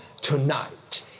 tonight